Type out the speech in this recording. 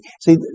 See